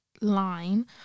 line